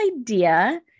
idea